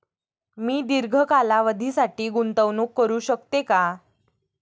मी दीर्घ कालावधीसाठी गुंतवणूक करू शकते का?